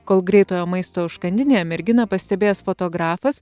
kol greitojo maisto užkandinėje merginą pastebėjęs fotografas